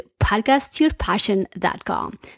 podcastyourpassion.com